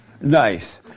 Nice